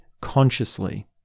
consciously